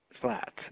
flat